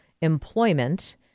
employment